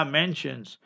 mentions